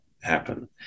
happen